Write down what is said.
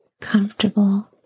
comfortable